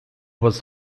was